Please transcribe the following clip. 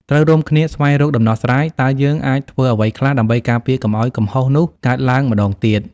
ត្រូវរួមគ្នា ស្វែងរកដំណោះស្រាយ។ តើយើងអាចធ្វើអ្វីខ្លះដើម្បីការពារកុំឲ្យកំហុសនោះកើតឡើងម្តងទៀត